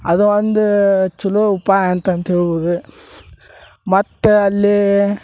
ಅದು ಒಂದು ಛಲೋ ಉಪಾಯ ಅಂತಂತ ಹೇಳ್ಬೋದು ಮತ್ತೆ ಅಲ್ಲಿ